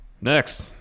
next